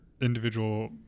individual